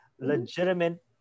legitimate